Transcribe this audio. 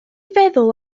feddwl